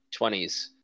20s